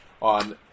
on